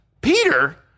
Peter